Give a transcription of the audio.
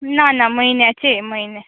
ना ना म्हयन्याचे म्हयन्या